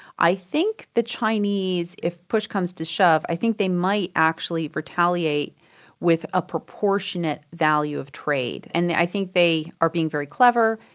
i think the chinese, if push comes to shove, i think they might actually retaliate with a proportionate value of trade. and i think they are being very clever,